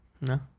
No